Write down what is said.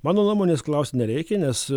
mano nuomonės klaust nereikia nes